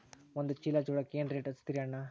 ಒಂದ ಚೀಲಾ ಜೋಳಕ್ಕ ಏನ ರೇಟ್ ಹಚ್ಚತೀರಿ ಅಣ್ಣಾ?